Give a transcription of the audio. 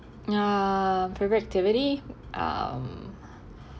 uh favourite activity um